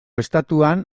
estatuan